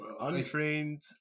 Untrained